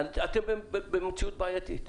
אתם במציאות בעייתית.